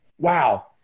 wow